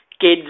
kids